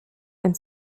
and